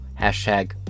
Hashtag